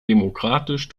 demokratisch